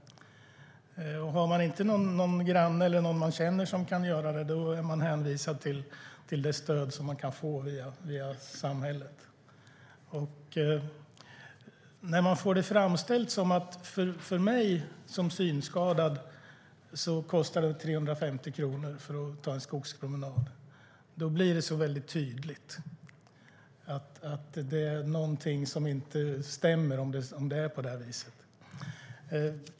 Har man inte någon granne eller någon man känner som kan göra det är man hänvisad till stöd man kan få via samhället. När man får det framställt för sig att en skogspromenad kostar 350 kronor för en synskadad, då blir det väldigt tydligt att det är någonting som inte stämmer om det är på det viset.